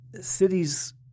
Cities